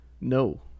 No